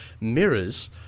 mirrors